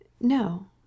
No